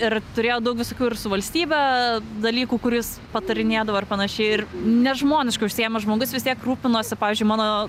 ir turėjo daug visokių ir su valstybe dalykų kur is patarinėdavo ir panašiai ir nežmoniškai užsiėmęs žmogus vis tiek rūpinosi pavyzdžiui mano